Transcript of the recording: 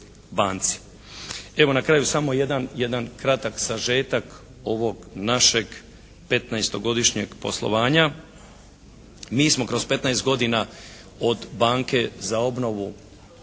Evo, na kraju samo jedan kratak sažetak ovog našeg petnaestogodišnjeg poslovanja. Mi smo kroz 15 godina od Banke za obnovu